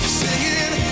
singing